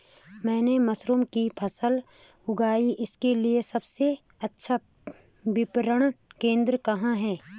मैंने मशरूम की फसल उगाई इसके लिये सबसे अच्छा विपणन केंद्र कहाँ है?